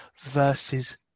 versus